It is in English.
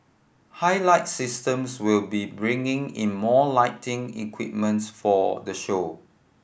Highlight Systems will be bringing in more lighting equipments for the show